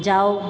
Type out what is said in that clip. जाओ